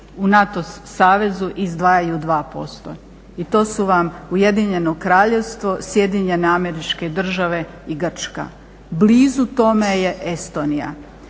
u NATO savezu izdvajaju 2% i to su vam Ujedinjeno Kraljevstvo, SAD i Grčka, blizu tome je Estonija.